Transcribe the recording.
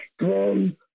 strong